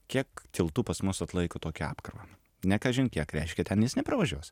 kiek tiltų pas mus atlaiko tokią apkrovą ne kažin kiek reiškia ten jis nepravažiuos